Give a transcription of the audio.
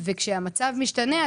וכשהמצב משתנה,